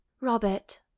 Robert